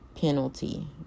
penalty